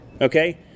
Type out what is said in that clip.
Okay